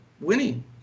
winning